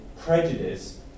prejudice